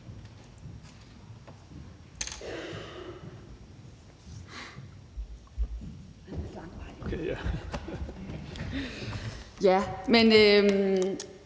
Ja, men